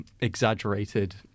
exaggerated